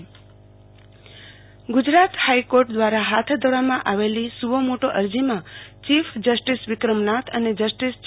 આરતી Bhatt Gujarat high court Gujarat high court દવારા હાથ ધરવામાં આવેલી સુઓમોટો અરજીમાં ચીફ જસ્ટીસ વિક્રમનાથ અને જસ્ટિસ જે